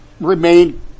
remain